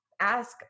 ask